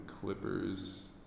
Clippers